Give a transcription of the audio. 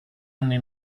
anni